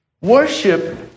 Worship